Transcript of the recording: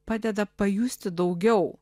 padeda pajusti daugiau